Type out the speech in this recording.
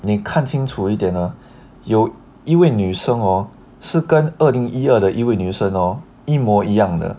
你看清楚一点啊有一位女生 hor 是跟二零一二的一位女生 hor 一模一样的